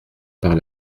par